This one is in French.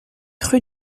rue